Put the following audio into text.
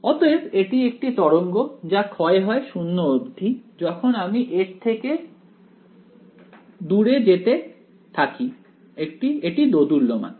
অতএব এটি একটি তরঙ্গ যা ক্ষয় হয় 0 অবধি যখন আমি এর থেকে দূরে যেতে থাকি এটি দোদুল্যমান